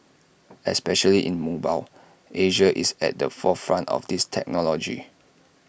especially in mobile Asia is at the forefront of this technology